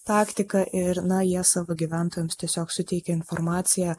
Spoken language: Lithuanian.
taktiką ir na jie savo gyventojams tiesiog suteikia informaciją